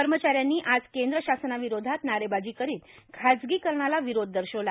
कर्मचाऱ्यांनी आज केंद्र शासन विरोधात नारेबाजी करीत खाजगीकरणाला विरोध दर्शविला